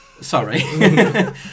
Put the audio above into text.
Sorry